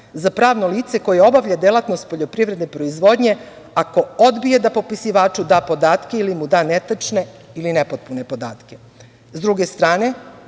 za pravno lice koje obavlja delatnost poljoprivredne proizvodnje, ako odbije da popisivaču da podatke ili mu da netačne ili nepotpune podatke.S druge strane,